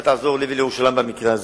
אתה תעזור לי ולירושלים במקרה הזה,